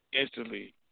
instantly